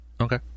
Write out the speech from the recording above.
Okay